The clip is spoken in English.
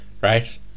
Right